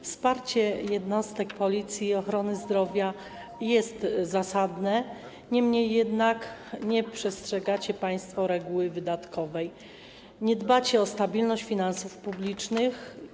Wsparcie jednostek Policji i ochrony zdrowia jest zasadne, niemniej jednak nie przestrzegacie państwo reguły wydatkowej, nie dbacie o stabilność finansów publicznych.